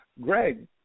Greg